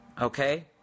Okay